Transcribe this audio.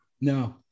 No